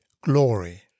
glory